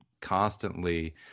constantly